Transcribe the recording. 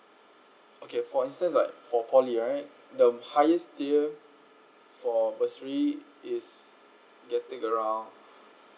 okay for instance right for poly right the highest tier for bursary is getting around